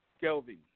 Kelvin